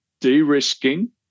de-risking